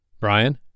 Brian